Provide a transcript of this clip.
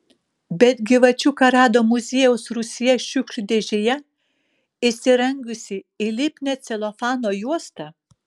bet gyvačiuką rado muziejaus rūsyje šiukšlių dėžėje įsirangiusį į lipnią celofano juostą